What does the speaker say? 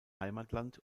heimatland